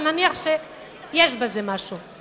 אבל נניח שיש בזה משהו.